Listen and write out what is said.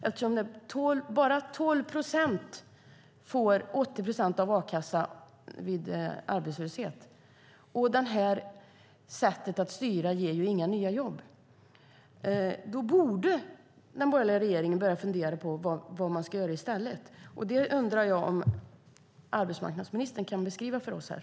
Eftersom bara 12 procent får 80 procent av a-kassa vid arbetslöshet och det här sättet att styra inte ger några nya jobb borde den borgerliga regeringen börja fundera på vad man ska göra i stället. Det undrar jag om arbetsmarknadsministern kan beskriva för oss här.